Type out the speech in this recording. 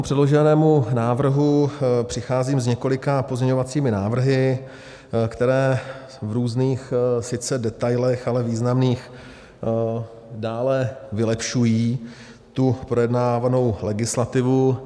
K předloženému návrhu přicházím s několika pozměňovacími návrhy, které v různých sice detailech, ale významných, dále vylepšují projednávanou legislativu.